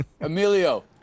Emilio